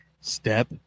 Step